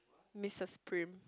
Mrs-Prym